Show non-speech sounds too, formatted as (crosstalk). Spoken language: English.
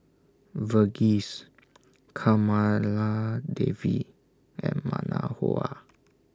Verghese Kamaladevi and (unintelligible)